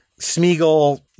Smeagol